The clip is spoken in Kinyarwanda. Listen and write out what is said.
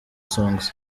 songs